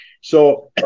So-